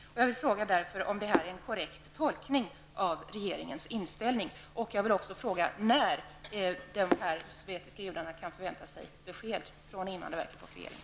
Är detta en korrekt tolkning av regeringens inställning? Jag vill också fråga när de sovjetiska judarna kan vänta besked från invandrarverket och regeringen.